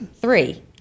three